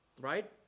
right